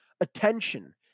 attention